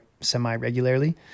semi-regularly